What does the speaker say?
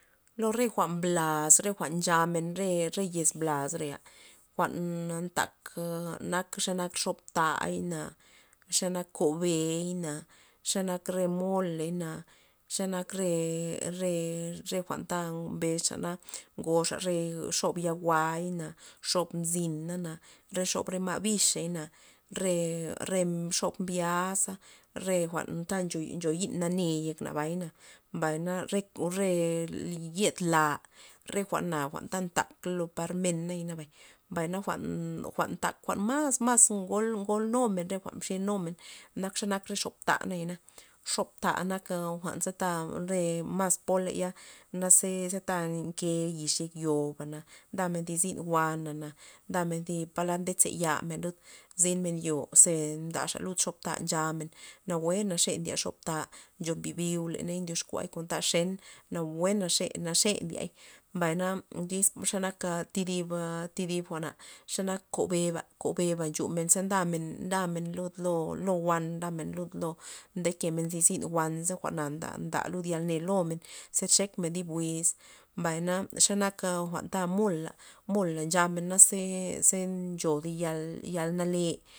Lo re jwa'n mblaz re jwa'n nchamen re- re yez blaz reya, jwa'n ntak nak xa nak xob ta'y na xa nak kob be'i na xa nak re moley na xe nak re- re re jwa'n ta mbes xa na ngobxa re xob ya jwua'na xob mzina na re xob re ma' bixey na re- re xob mbyaza re jwa'n ta ncho yi'n nanae yekna bay na, mbay na re- re yed la, re jwa'na jwa'n ta ntak lo par men nayana mbay na jwa'n jwa'n tak jwa'n mas mas ngol- ngol numen mxe numen nak xe nak re xob ta nayana jwa'n ze ta re maz pola laya naze tamod nke yiz yek yo bana nda men thi zyn wana, ndamen palad nde ze yamen zin men to ze nda ndaxa lud bob ta nchamen nawue naxe ndye xob ta ncho mbibi leney ndyoxkuay kon ta xen nawue naxe- naxe ndiay mbay tyz xe nak thi dib thi dib jwa'na xanak kobeba nxu men ze ndamen ndamen lud lo wan ndamen lo nde ken thi zyn wan ze jwa'na nda- nda lud yal ne lomen ze nxekmen din wiz mbay ze nak re jwa'n ta mola' mola' nchamen ze ze ncho zi yal yal nale.